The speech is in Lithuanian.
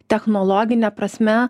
technologine prasme